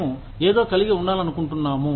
మేము ఏదో కలిగి ఉండాలనుకుంటున్నాను